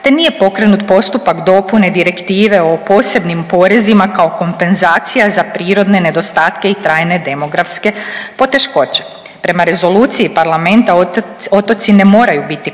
te nije pokrenut postupak dopune direktive o posebnim porezima kao kompenzacija za prirodne nedostatke i trajne demografske poteškoće. Prema Rezoluciji parlamenta otoci ne moraju biti